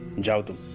job